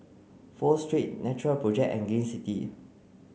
Pho Street Natural project and Gain City